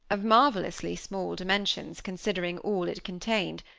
of marvelously small dimensions considering all it contained,